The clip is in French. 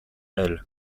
aile